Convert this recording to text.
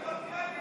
פה רבים על קרדיט,